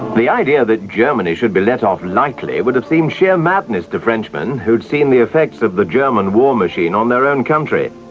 the idea that germany should be let off lightly would have been um sheer madness to frenchmen, who'd seen the effects of the german war machine on their own country.